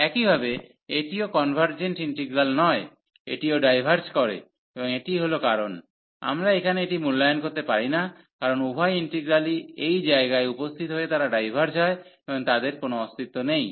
একইভাবে এটিও convergent integral নয় এটিও ডাইভার্জ করে এবং এটিই হল কারণ আমরা এখানে এটি মূল্যায়ন করতে পারি না কারণ উভয় ইন্টিগ্রালই এই জায়গায় উপস্থিত হয়ে তারা ডাইভার্জ হয় এবং তাদের কোন অস্তিত্ব নেই